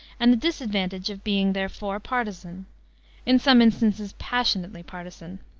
and the disadvantage of being, therefore, partisan in some instances passionately partisan.